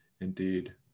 indeed